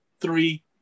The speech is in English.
three